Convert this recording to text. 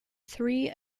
three